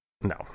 No